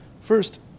First